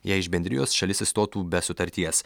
jei iš bendrijos šalis išstotų be sutarties